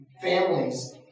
families